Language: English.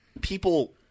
people